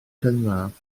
cynradd